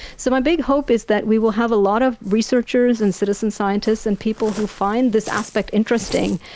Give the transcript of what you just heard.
so my big hope is that we will have a lot of researchers and citizen scientists and people who find this aspect interesting,